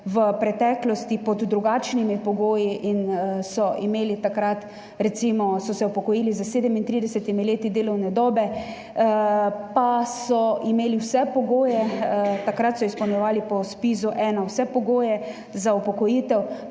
v preteklosti pod drugačnimi pogoji in so se takrat recimo upokojili s 37 leti delovne dobe, pa so imeli vse pogoje, takrat so izpolnjevali po ZPIZ-1 vse pogoje za upokojitev,